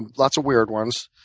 lots of weird ones.